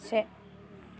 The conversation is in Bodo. से